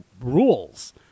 rules